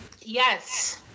Yes